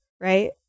right